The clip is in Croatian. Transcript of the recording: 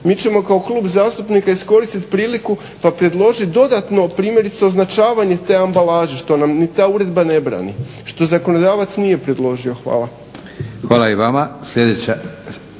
Mi ćemo kao klub zastupnika iskoristit priliku pa predložit dodatno primjerice označavanje te ambalaže što nam ni ta uredba ne brani, što zakonodavac nije predložio. Hvala.